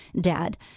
dad